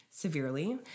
Severely